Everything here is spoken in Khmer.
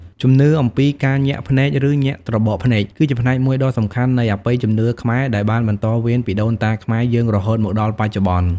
ជំនឿអំពីការញាក់ភ្នែក ឬញាក់ត្របកភ្នែក គឺជាផ្នែកមួយដ៏សំខាន់នៃអបិយជំនឿខ្មែរ ដែលបានបន្តវេនពីដូនតាខ្មែរយើងរហូតមកដល់បច្ចុប្បន្ន។